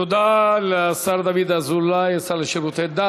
תודה לשר דוד אזולאי, השר לשירותי דת.